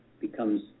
becomes